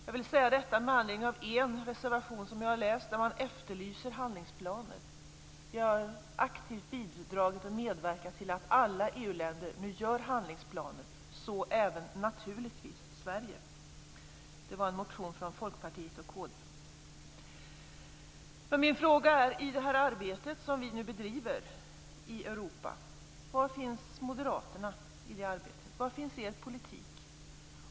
Jag vill säga detta med anledning av en reservation som jag har läst där man efterlyser handlingsplaner. Vi har aktivt bidragit och medverkat till att alla EU-länder nu gör handlingsplaner, så även naturligtvis Sverige. Det är en reservation från Folkpartiet och Mina frågor om det arbete som vi nu bedriver i Europa är: Var finns Moderaterna i det arbetet? Var finns er politik?